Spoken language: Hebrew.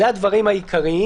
אלה הדברים העיקריים.